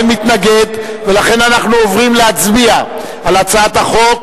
אין מתנגד, ולכן אנחנו עוברים להצביע על הצעת החוק